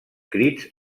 crits